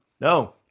No